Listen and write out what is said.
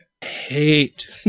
hate